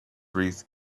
wreath